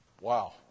Wow